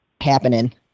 happening